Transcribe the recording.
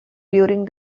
during